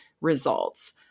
results